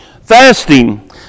Fasting